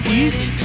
easy